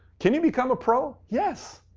can you become a pro? yes.